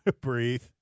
Breathe